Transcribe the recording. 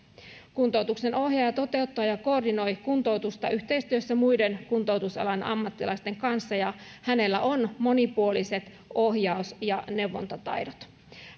kuntoutuksen ohjaaja toteuttaa ja koordinoi kuntoutusta yhteistyössä muiden kuntoutusalan ammattilaisten kanssa ja hänellä on monipuoliset ohjaus ja neuvontataidot